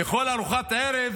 לאכול ארוחת ערב